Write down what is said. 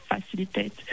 facilitate